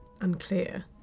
unclear